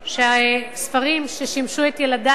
שספרים ששימשו את ילדיו